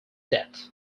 death